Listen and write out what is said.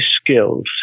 skills